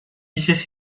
一些